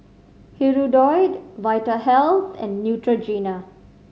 Hirudoid Vitahealth and Neutrogena